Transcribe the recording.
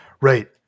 Right